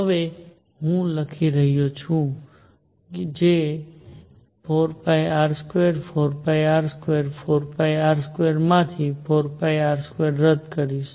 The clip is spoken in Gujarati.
હવે હું લખી શકું છું કે 4πr24πr24πr2 માંથી 4πr2 રદ કરીશ